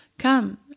Come